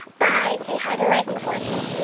bye. say hi to reggie for me